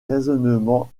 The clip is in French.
raisonnements